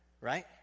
Right